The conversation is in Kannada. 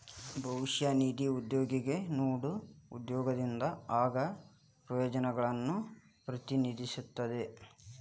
ಭವಿಷ್ಯ ನಿಧಿ ಉದ್ಯೋಗಿಗೆ ನೇಡೊ ಉದ್ಯೋಗದಿಂದ ಆಗೋ ಪ್ರಯೋಜನಗಳನ್ನು ಪ್ರತಿನಿಧಿಸುತ್ತದೆ